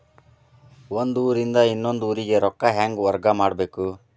ಒಂದ್ ಊರಿಂದ ಇನ್ನೊಂದ ಊರಿಗೆ ರೊಕ್ಕಾ ಹೆಂಗ್ ವರ್ಗಾ ಮಾಡ್ಬೇಕು?